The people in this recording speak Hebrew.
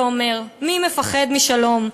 ואומר: "מי מפחד משלום?